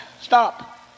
Stop